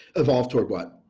evolve toward what